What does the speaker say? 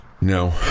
No